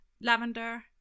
lavender